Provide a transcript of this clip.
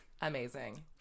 amazing